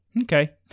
Okay